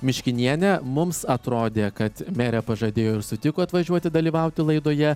miškinienę mums atrodė kad merė pažadėjo ir sutiko atvažiuoti dalyvauti laidoje